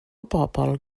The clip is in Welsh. bobl